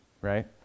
right